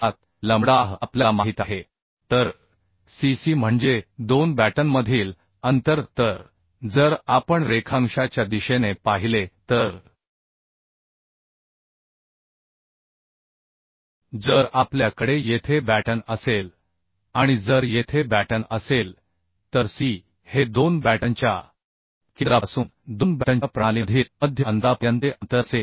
7 lambda आपल्याला माहित आहे तर C C म्हणजे 2 बॅटनमधील अंतर तर जर आपण रेखांशाच्या दिशेने पाहिले तर जर आपल्याकडे येथे बॅटन असेल आणि जर येथे बॅटन असेल तर C हे 2 बॅटनच्या केंद्रापासून 2 बॅटनच्या प्रणालीमधील मध्य अंतरापर्यंतचे अंतर असेल